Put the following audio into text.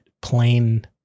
plain